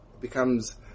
becomes